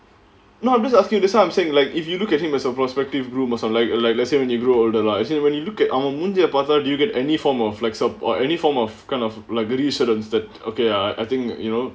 no I'm just asking that's what I'm saying like if you look at him as a prospective groom also like like let's say when you grow older lah as in when you look at our அவன் மூஞ்ச பாத்த:avan munja paatha do you get any form of like sup~ or any form of kind of like any insurance that okay lah I think you know